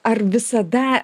ar visada